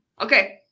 Okay